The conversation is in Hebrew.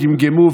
גמגמו,